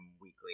weekly